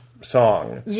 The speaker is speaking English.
song